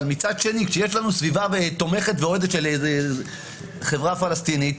ומצד שני כשיש לנו סביבה תומכת ואוהדת של חברה פלסטינית,